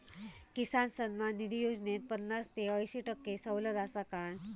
किसान सन्मान निधी योजनेत पन्नास ते अंयशी टक्के सवलत आसा काय?